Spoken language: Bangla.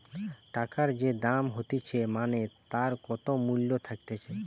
টাকার যে দাম হতিছে মানে তার কত মূল্য থাকতিছে